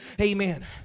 Amen